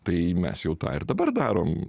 tai mes jau tą ir dabar darom